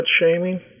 shaming